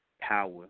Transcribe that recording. power